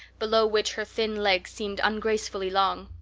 below which her thin legs seemed ungracefully long.